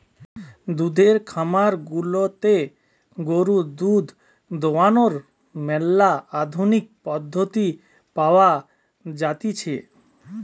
দুধের খামার গুলাতে গরুর দুধ দোহানোর ম্যালা আধুনিক পদ্ধতি পাওয়া জাতিছে